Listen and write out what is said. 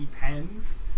pens